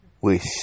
Wish